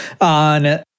on